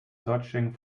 searching